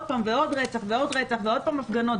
פעם ועוד רצח ועוד רצח ועוד פעם הפגנה,